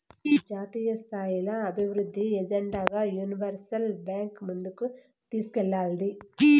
జాతీయస్థాయిల అభివృద్ధి ఎజెండాగా యూనివర్సల్ బాంక్ ముందుకు తీస్కేల్తాది